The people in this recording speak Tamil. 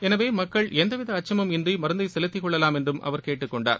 எனவே மக்கள் எந்தவித அச்சமும் இன்றி மருந்தை செலுத்திக் கொள்ளலாம் என்று அவர் கேட்டுக் கொண்டார்